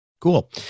Cool